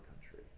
country